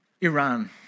Iran